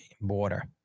border